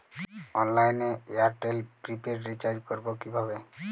অনলাইনে এয়ারটেলে prepaid recharge করবো কিভাবে?